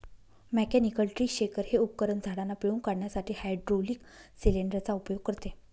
mechanical tree shaker हे उपकरण झाडांना पिळून काढण्यासाठी हायड्रोलिक सिलेंडर चा उपयोग करते